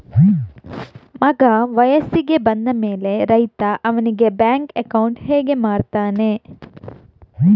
ಮಗ ವಯಸ್ಸಿಗೆ ಬಂದ ಮೇಲೆ ರೈತ ಅವನಿಗೆ ಬ್ಯಾಂಕ್ ಅಕೌಂಟ್ ಹೇಗೆ ಮಾಡ್ತಾನೆ?